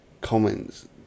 comments